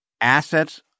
assets